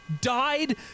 died